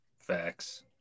Facts